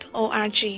o-r-g